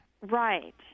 Right